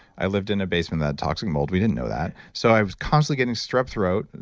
i lived in a basement that had toxic mold. we didn't know that. so, i was constantly getting strep throat, and